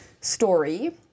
story